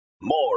More